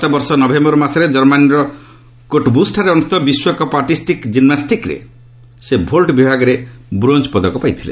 ଗତବର୍ଷ ନଭେୟର ମାସରେ କର୍ମାନୀର କୋଟ୍ବୁଶ୍ଠାରେ ଅନୁଷ୍ଠିତ ବିଶ୍ୱକପ୍ ଆର୍ଟିଷ୍ଟିକ୍ ଜିମ୍ନାଷ୍ଟିକ୍ରେ ସେ ଭୋଲ୍ ବିଭାଗରେ ବ୍ରୋଞ୍ଜ ପଦକ ପାଇଥିଲେ